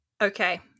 Okay